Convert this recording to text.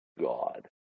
God